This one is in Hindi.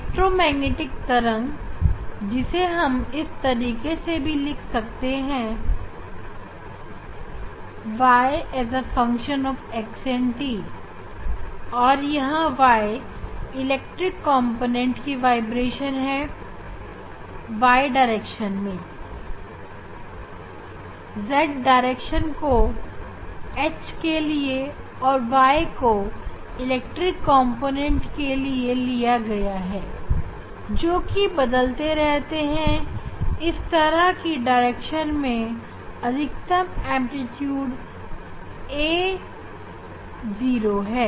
इलेक्ट्रोमैग्नेटिक तरंग जिसे हम इस तरीके से भी लिख सकते हैं y fxt और यह y इलेक्ट्रिक कॉम्पोनेंट की वाइब्रेशन है y दिशा में z दिशा को H के लिए और y को इलेक्ट्रिक कॉम्पोनेंटके लिए लिया गया है जोकि बदलते रहते हैं इस तरह के समीकरण में अधिकतम एंप्लीट्यूड a0 है